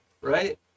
right